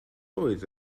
oedd